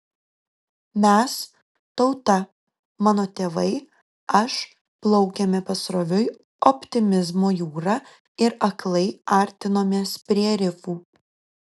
mes tauta mano tėvai aš plaukėme pasroviui optimizmo jūra ir aklai artinomės prie rifų